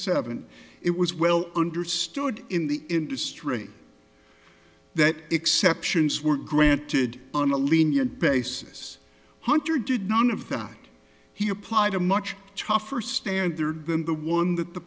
seven it was well understood in the industry that exceptions were granted on a lenient basis hunter did none of that he applied a much tougher standard than the one that the